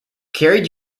carried